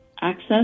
access